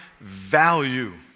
value